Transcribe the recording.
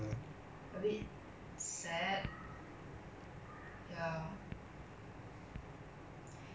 it's like that time the pritam singh say he want to set aside fifty percent of his salary then I don't know what is it err